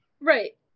Right